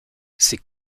ces